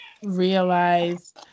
realize